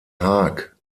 haag